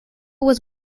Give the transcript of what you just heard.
was